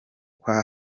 kwa